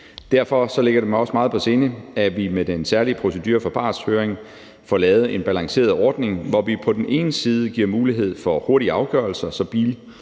Derfor ligger det mig også meget på sinde, at vi med den særlige procedure for partshøring får lavet en balanceret ordning, hvor vi på den ene side giver mulighed for hurtige afgørelser, så